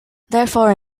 therefore